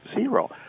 Zero